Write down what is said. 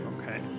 Okay